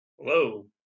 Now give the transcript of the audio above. Hello